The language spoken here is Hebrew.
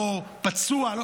לא פצוע,